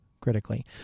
critically